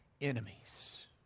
enemies